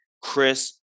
Chris